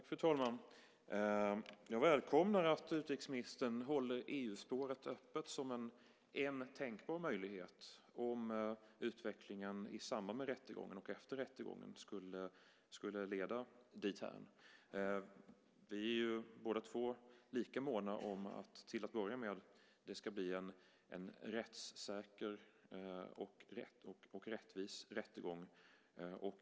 Fru talman! Jag välkomnar att utrikesministern håller EU-spåret öppet som en tänkbar möjlighet om utvecklingen i samband med rättegången och efter rättegången skulle leda dithän. Vi är ju båda två lika måna om att det till att börja med ska bli en rättssäker och rättvis rättegång.